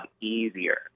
easier